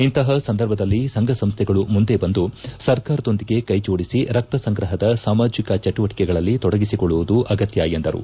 ಇಂತಪ ಸಂದರ್ಭದಲ್ಲಿ ಸಂಫ ಸಂಸ್ಥೆಗಳು ಮುಂದೆ ಬಂದು ಸರ್ಕಾರದೊಂದಿಗೆ ಕೈ ಜೋಡಿಸಿ ರಕ್ತ ಸಂಗ್ರಹದ ಸಾಮಾಜಿಕ ಚಟುವಟಕೆಗಳಲ್ಲಿ ತೊಡಗಿಸಿಕೊಳ್ಳುವುದು ಅಗತ್ಯ ಎಂದರು